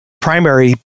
primary